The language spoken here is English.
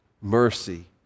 mercy